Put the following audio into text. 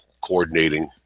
coordinating